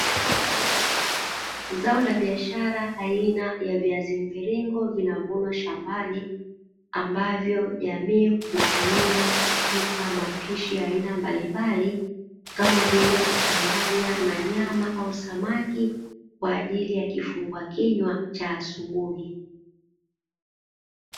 Zao la biashara aina ya viazi mviringo vinavunwa shambani, ambavyo jamii huvitumia kupika mapishi ya aina mbalimbali kama vile kuchanganya na nyama au samaki kwa ajili ya kifungua kinywa cha asubuhi.